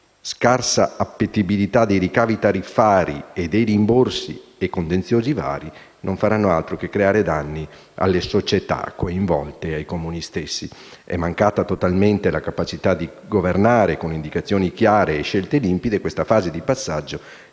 scarsa appetibilità dei ricavi tariffari, dei rimborsi e contenziosi vari, non faranno altro che creare danni alle società coinvolte e ai Comuni stessi. È mancata totalmente la capacità di governare con indicazioni chiare e scelte limpide questa fase di passaggio